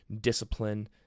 discipline